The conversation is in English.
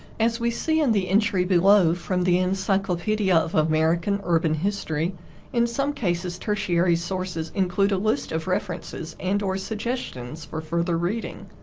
as we see in the entry below from the encyclopedia of american urban history in some cases tertiary sources include a list of references and or suggestions for further reading.